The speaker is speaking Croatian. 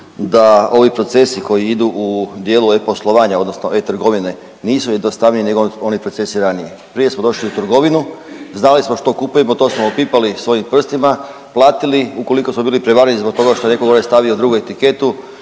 da ovi procesi koji idu u dijelu e-poslovanja odnosno e-trgovine nisu jednostavniji nego oni procesi ranije. Prije smo došli u trgovinu i znali smo što kupujemo, to smo opipali svojim prstima, platili, ukoliko smo bili prevareni zbog toga što je neko gore stavio drugu etiketu